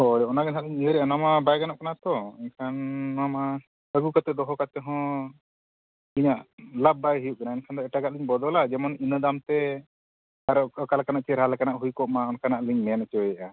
ᱦᱳᱭ ᱚᱱᱟ ᱜᱮ ᱦᱟᱸᱜ ᱞᱤᱧ ᱞᱟᱹᱭᱮᱜᱼᱟ ᱚᱱᱟ ᱢᱟ ᱵᱟᱭ ᱜᱟᱱᱚᱜ ᱠᱟᱱᱟ ᱛᱚ ᱢᱮᱱᱠᱷᱟᱱ ᱚᱱᱟ ᱢᱟ ᱟᱹᱜᱩ ᱠᱟᱛᱮᱫ ᱫᱚᱦᱚ ᱠᱟᱛᱮᱫ ᱦᱚᱸ ᱤᱧᱟᱹᱜ ᱞᱟᱵᱽ ᱵᱟᱭ ᱦᱩᱭᱩᱜ ᱠᱟᱱᱟ ᱮᱱᱠᱷᱟᱱ ᱫᱚ ᱮᱴᱟᱜᱟᱜ ᱞᱤᱧ ᱵᱚᱫᱚᱞᱟ ᱡᱮᱢᱚᱱ ᱤᱱᱟᱹ ᱫᱟᱢ ᱛᱮ ᱟᱨᱚ ᱚᱠᱟ ᱞᱮᱠᱟᱱᱟᱜ ᱪᱮᱦᱨᱟ ᱞᱮᱠᱟᱱᱟᱜ ᱦᱩᱭ ᱠᱚᱜ ᱢᱟ ᱚᱱᱠᱟᱱᱟᱜ ᱞᱤᱧ ᱢᱮᱱ ᱦᱚᱪᱚᱭᱮᱜᱼᱟ